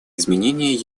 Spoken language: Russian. изменения